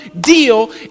deal